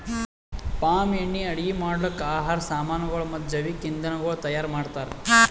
palm ಎಣ್ಣಿ ಅಡುಗಿ ಮಾಡ್ಲುಕ್, ಆಹಾರ್ ಸಾಮನಗೊಳ್ ಮತ್ತ ಜವಿಕ್ ಇಂಧನಗೊಳ್ ತೈಯಾರ್ ಮಾಡ್ತಾರ್